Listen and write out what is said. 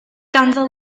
ganddo